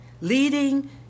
leading